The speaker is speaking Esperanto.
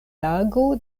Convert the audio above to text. lago